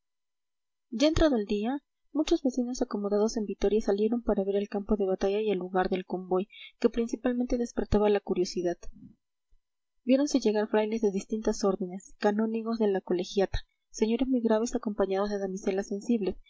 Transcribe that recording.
entrado el día muchos vecinos acomodados en vitoria salieron para ver el campo de batalla y el lugar del convoy que principalmente despertaba la curiosidad viéronse llegar frailes de distintas órdenes canónigos de la colegiata señores muy graves acompañados de damiselas sensibles